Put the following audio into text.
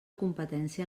competència